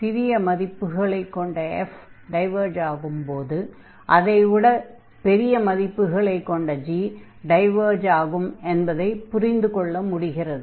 சிறிய மதிப்புகளைக் கொண்ட f டைவர்ஜ் ஆகும் போது அதை விட பெரிய மதிப்புகளைக் கொண்ட g டைவர்ஜ் ஆகும் என்பதைப் புரிந்து கொள்ள முடிகிறது